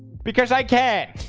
because i can